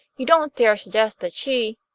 you don't dare suggest that she